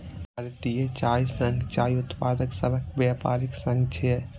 भारतीय चाय संघ चाय उत्पादक सभक व्यापारिक संघ छियै